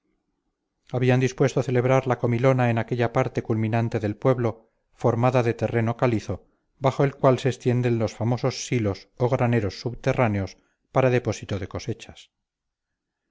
habían dispuesto celebrar la comilona en aquella parte culminante del pueblo formada de terreno calizo bajo el cual se extienden los famosos silos o graneros subterráneos para depósito de cosechas